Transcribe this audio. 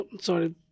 Sorry